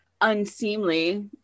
unseemly